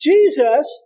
Jesus